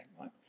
right